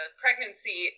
pregnancy